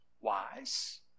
wise